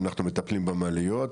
אנחנו מטפלים במעליות,